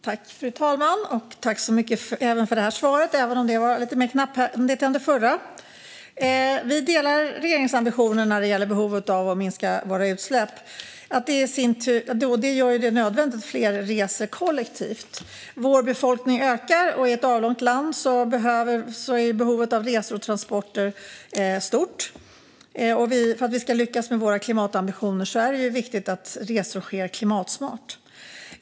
Fru talman! Jag tackar ministern även för detta svar, även om det var lite mer knapphändigt än det förra. Vi delar regeringens ambitioner när det gäller behovet av att minska våra utsläpp. Detta gör att det är nödvändigt att fler reser kollektivt. Vår befolkning ökar. I ett avlångt land är behovet av resor och transporter stort, och för att vi ska lyckas med våra klimatambitioner är det viktigt att resor sker klimatsmart.